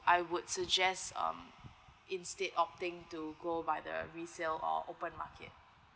I would suggest um instead opting to go by the resell or open market